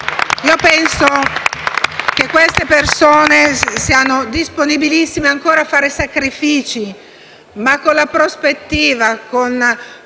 Io penso che queste persone siano disponibilissime a fare ancora sacrifici, ma con la prospettiva e con